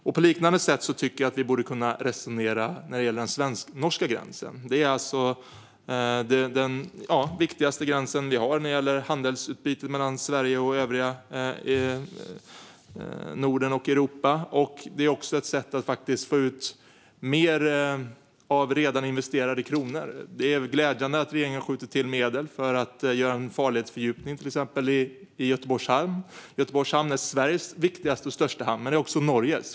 På ett liknande sätt tycker jag att vi borde kunna resonera när det gäller den svensk-norska gränsen. Det är vår viktigaste gräns när det gäller handelsutbyte mellan Sverige och övriga Norden och Europa, och det är också ett sätt att faktiskt få ut mer av redan investerade kronor. Det är glädjande att regeringen skjuter till medel för att göra en farledsfördjupning i Göteborgs hamn. Göteborgs hamn är Sveriges viktigaste och största hamn, men det är också Norges.